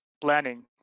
planning